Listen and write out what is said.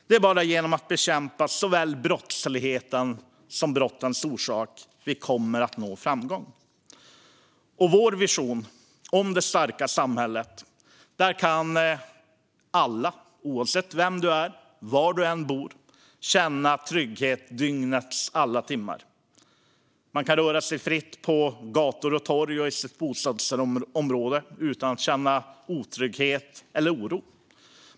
Det är bara genom att bekämpa såväl brottsligheten som brottens orsaker som vi kommer att nå framgång. I vår vision om det starka samhället kan alla, oavsett vem man är och var man bor, känna trygghet dygnets alla timmar. Man kan röra sig fritt på gator och torg och i sitt bostadsområde utan att känna otrygghet och oro.